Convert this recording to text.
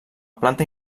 planta